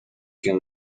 can